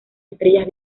estrellas